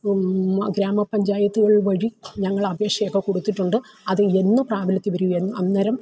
ആ ഗ്രാമപഞ്ചായത്തുകൾ വഴി ഞങ്ങൾ അപേക്ഷയൊക്കെ കൊടുത്തിട്ടുണ്ട് അത് എന്ന് പ്രാബല്യത്തിൽ വരും അന്നേരം